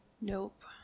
Nope